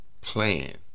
plan